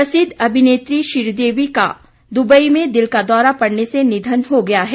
प्रसिद्ध अभिनेत्री श्रीदेवी का दुबई में दिल का दौरा पड़ने से निधन हो गया है